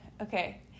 Okay